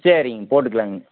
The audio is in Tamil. சரிங்க போட்டுக்கலாங்க